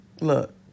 Look